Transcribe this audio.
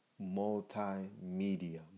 Multimedia